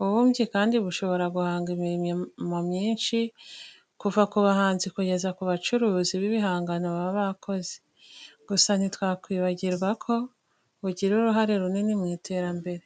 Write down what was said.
Ububumbyi kandi bushobora guhanga imirimo myinshi kuva ku bahanzi kugeza ku bacuruzi b'ibihangano baba bakoze. Gusa ntitwakwibagirwa ko bugira uruhare runini mu iterambere.